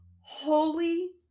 holy